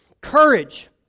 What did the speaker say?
Courage